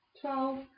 twelve